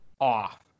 off